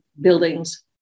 buildings